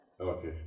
Okay